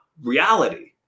reality